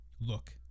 Look